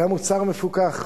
היה מוצר מפוקח.